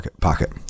pocket